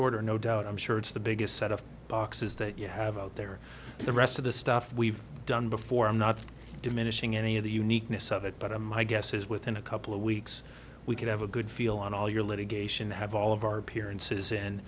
order no doubt i'm sure it's the biggest set of boxes that you have out there and the rest of the stuff we've done before i'm not diminishing any of the uniqueness of it but i'm i guess is within a couple of weeks we could have a good feel on all your litigation have all of our appearance